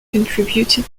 contributed